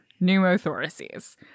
pneumothoraces